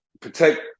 protect